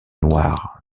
noirs